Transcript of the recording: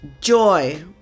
joy